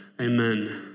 Amen